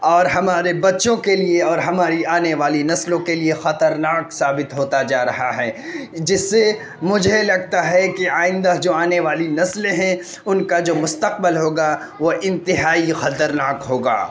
اور ہمارے بچوں کے لیے اور ہماری آنے والی نسلوں کے لیے خطرناک ثابت ہوتا جا رہا ہے جس سے مجھے لگتا ہے کہ آئندہ جو آنے والی نسلیں ہیں ان کا جو مستقبل ہوگا وہ انتہائی خطرناک ہوگا